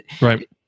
Right